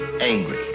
angry